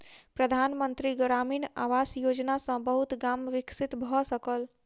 प्रधान मंत्री ग्रामीण आवास योजना सॅ बहुत गाम विकसित भअ सकल